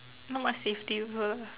not much safety g~